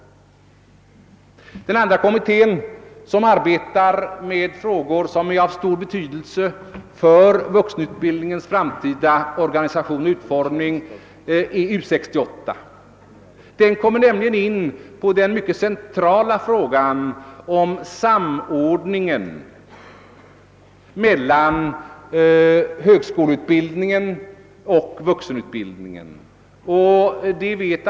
En annan kommitté som arbetar med frågor av stor betydelse för vuxenutbildningens framtida organisation och utformning är U 68. Den kommer nämligen in på den centrala frågan om samordningen mellan högskoleutbildning och vuxenutbildning.